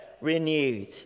renewed